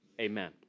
amen